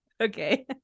okay